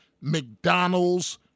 McDonald's